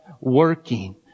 working